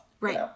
Right